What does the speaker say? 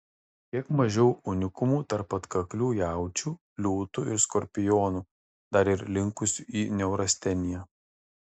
kiek mažiau unikumų tarp atkaklių jaučių liūtų ir skorpionų dar ir linkusių į neurasteniją